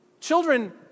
Children